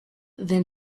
then